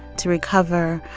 to recover,